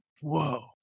whoa